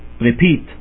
repeat